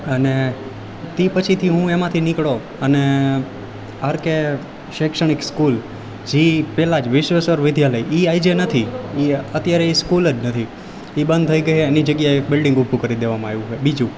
અને તે પછીથી હું એમાંથી નીકળ્યો અને આરકે શૈક્ષણિક સ્કૂલ ઝી પેલા જ વિશ્વેસર વિદ્યાલય ઈ અહીં જે નથી ઈ અત્યારે ઈ સ્કુલ જ નથી ઈ બંધ થઈ ગઈ એની જગ્યાએ બિલ્ડિંગ ઊભું કરી દેવામાં આવ્યું છે બીજું